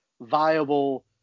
viable